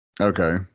Okay